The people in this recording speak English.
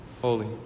Holy